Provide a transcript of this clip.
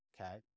okay